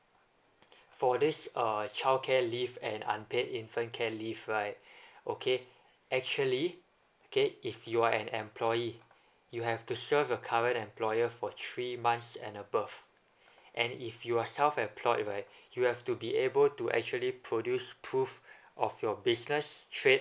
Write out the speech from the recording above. for this childcare leave and unpaid infant care leave right okay actually okay if you're an employee you have to serve a current employer for three months and above and if you're self employed right you have to be able to actually produced truth of your business trip